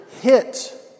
hit